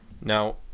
Now